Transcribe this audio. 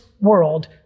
world